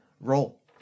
roll